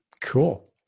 Cool